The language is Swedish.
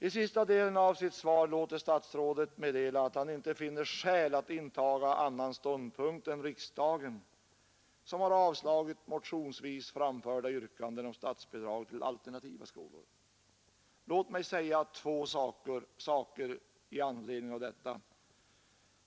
I sista delen av sitt svar låter statsrådet meddela, att han inte finner skäl att intaga annan ståndpunkt än riksdagen, som har avslagit motionsvis framförda yrkanden om statsbidrag till alternativa skolor. Låt mig säga två saker i anledning av detta.